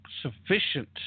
sufficient